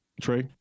Trey